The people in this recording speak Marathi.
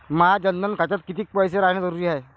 माया जनधन खात्यात कितीक पैसे रायन जरुरी हाय?